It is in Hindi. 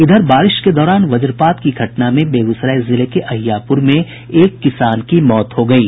इधर बारिश के दौरान वज्रपात की घटना में बेगूसराय जिले के अहियापुर में एक किसान की मौत हो गयी